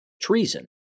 treason